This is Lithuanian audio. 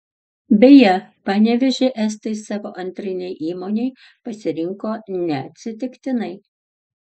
beje panevėžį estai savo antrinei įmonei pasirinko neatsitiktinai